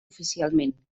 oficialment